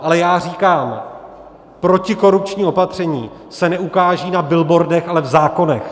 Ale já říkám, protikorupční opatření se neukážou na billboardech, ale v zákonech.